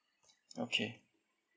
okay